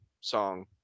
song